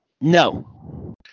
No